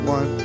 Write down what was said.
One